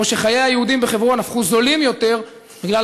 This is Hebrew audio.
או שחיי היהודים בחברון הפכו זולים יותר בגלל